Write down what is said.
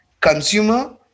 consumer